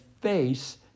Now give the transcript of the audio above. face